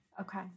Okay